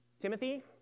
Timothy